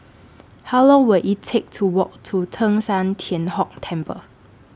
How Long Will IT Take to Walk to Teng San Tian Hock Temple